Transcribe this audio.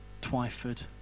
Twyford